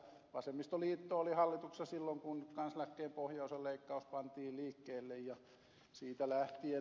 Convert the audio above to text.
vasemmistoliitto oli hallituksessa silloin kun kansaneläkkeen pohjaosan leikkaus pantiin liikkeelle ja siitä lähtien